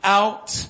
out